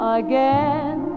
again